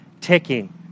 ticking